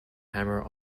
hammer